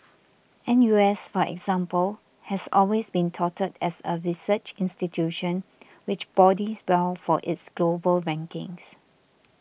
N U S for example has always been touted as a research institution which bodes well for its global rankings